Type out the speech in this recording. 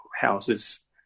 houses